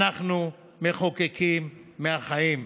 אנחנו מחוקקים מהחיים.